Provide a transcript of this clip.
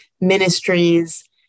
ministries